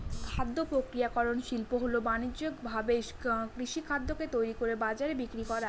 খাদ্য প্রক্রিয়াকরন শিল্প হল বানিজ্যিকভাবে কৃষিখাদ্যকে তৈরি করে বাজারে বিক্রি করা